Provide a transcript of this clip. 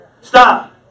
Stop